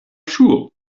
ŝuo